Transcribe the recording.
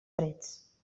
trets